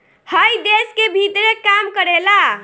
हइ देश के भीतरे काम करेला